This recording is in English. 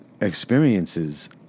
experiences